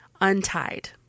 untied